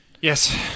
Yes